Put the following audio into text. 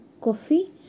coffee